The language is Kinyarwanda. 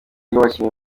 rw’abakinnyi